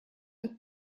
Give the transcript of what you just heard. так